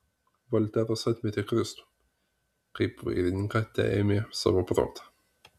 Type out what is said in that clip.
volteras atmetė kristų kaip vairininką teėmė savo protą